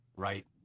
right